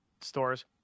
stores